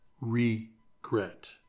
regret